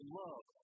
love